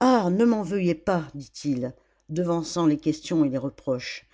ah ne m'en veuillez pas dit-il devançant les questions et les reproches